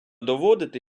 доводити